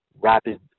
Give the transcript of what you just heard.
rapid